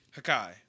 Hakai